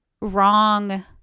wrong